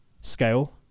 scale